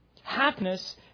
Happiness